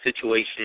situation